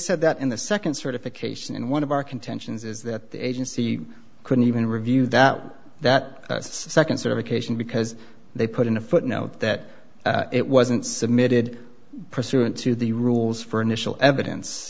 said that in the second certification and one of our contentions is that the agency couldn't even review that that second certification because they put in a footnote that it wasn't submitted pursuant to the rules for initial evidence